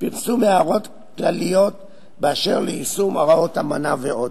פרסום הערות כלליות באשר ליישום הוראות האמנה ועוד.